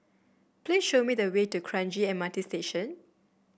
please show me the way to Kranji M R T Station